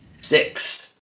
six